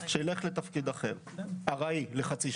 שילך לתפקיד אחר ארעי לחצי שנה.